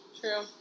True